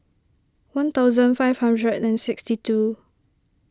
one thousand five hundred and sixty two